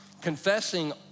Confessing